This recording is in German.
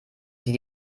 sie